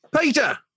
Peter